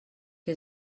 que